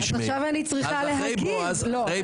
משפט אחד לא נתנו לי לסיים, אבל